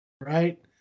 Right